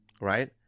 right